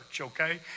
okay